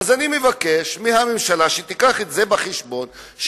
אני מבקש מהממשלה שתביא את זה בחשבון,